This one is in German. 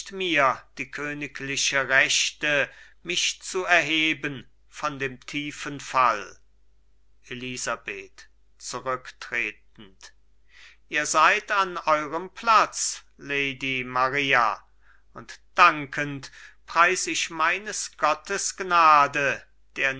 mir die königliche rechte mich zu erheben von dem tiefen fall elisabeth zurücktretend ihr seid an eurem platz lady maria und dankend preis ich meines gottes gnade